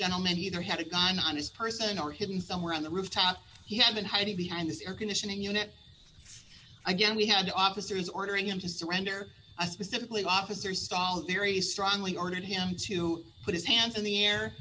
gentleman either had a gun on his person or hidden somewhere on the rooftop he had been hiding behind this air conditioning unit again we had officers ordering him to surrender i specifically officer stahl very strongly ordered him to put his hands in the air